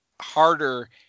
harder